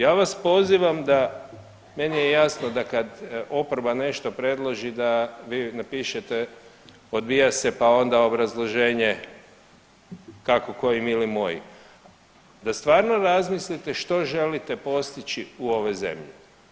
Ja vas pozivam da, meni je jasno da kad oporba nešto predloži da vi napišete odbija se, pa onda obrazloženje kako koji mili moji, da stvarno razmislite što želite postići u ovoj zemlji.